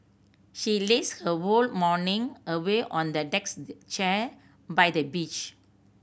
she lazed her whole morning away on the decks chair by the beach